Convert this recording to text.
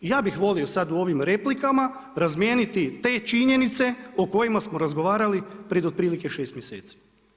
Ja bi volio sad u ovim replikama razmijeniti te činjenice o kojima smo razgovarali pred otprilike 6 mjeseci.